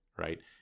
Right